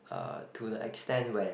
uh to the extent where